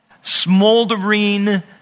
smoldering